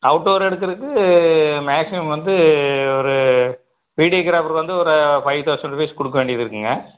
out door எடுக்கிறக்கு maximum வந்து ஒரு வீடியோகிராஃபருக்கு வந்து ஒரு ஃபைவ் தௌசண்ட் ருபீஸ் கொடுக்க வேண்டியது இருக்குங்க